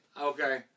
Okay